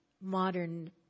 modern